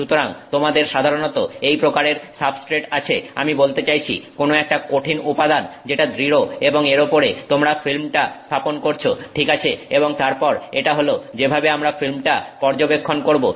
সুতরাং তোমাদের সাধারণত এই প্রকারের সাবস্ট্রেট আছে আমি বলতে চাইছি কোন একটা কঠিন উপাদান যেটা দৃঢ় এবং এর ওপরে তোমরা ফিল্মটা স্থাপন করেছো ঠিক আছে এবং তারপর এটা হল যেভাবে আমরা ফিল্মটা পর্যবেক্ষণ করবো